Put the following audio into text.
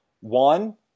One